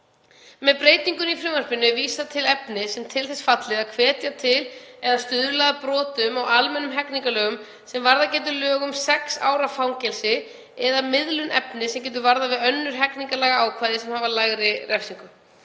Með breytingunni í frumvarpinu er vísað til efnis sem er til þess fallið að hvetja til eða stuðla að broti á almennum hegningarlögum sem varðað getur að lögum sex ára fangelsi eða miðlun efnis sem getur varðað við önnur hegningarlagaákvæði sem hafa lægri refsingu.